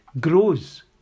grows